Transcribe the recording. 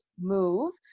move